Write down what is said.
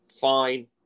fine